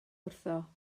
wrtho